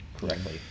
correctly